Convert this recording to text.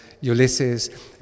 Ulysses